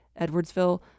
Edwardsville